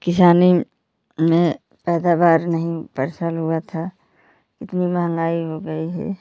किसानी में पैदावार नहीं परसल हुआ था इतनी महँगाई हो गई है